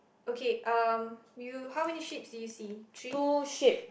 okay um you how many sheeps do you see three